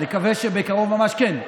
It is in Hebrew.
ונקווה שבקרוב ממש כן,